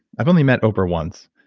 i've only met oprah once,